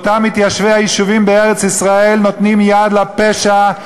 ואותם מתיישבי היישובים בארץ-ישראל נותנים יד לפשע.